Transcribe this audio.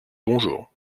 bonjour